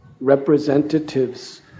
representatives